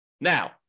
Now